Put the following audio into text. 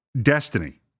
Destiny